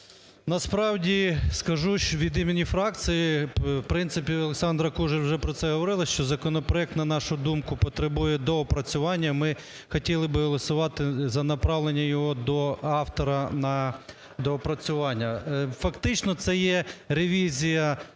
Насправді скажу від імені фракції, в принципі Олександра Кужель вже про це говорила, що законопроект, на нашу думку, потребує доопрацювання. Ми хотіли би голосувати за направлення його до автора на доопрацювання. Фактично це є ревізія